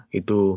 itu